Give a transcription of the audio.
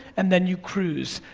and then you cruise.